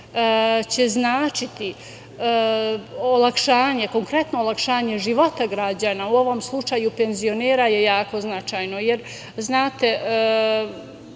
će značiti olakšanje, konkretno olakšanje života građana, u ovom slučaju penzionera, je jako značajno. Znate,